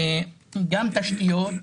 גם תשתיות,